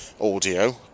audio